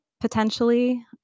potentially